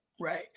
Right